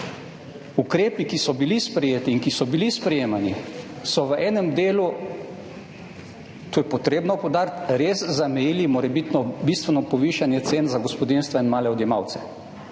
ukrepi, ki so bili sprejeti in ki so bili sprejemani, so v enem delu, to je potrebno poudariti, res zamejili morebitno bistveno povišanje cen za gospodinjstva in male odjemalce.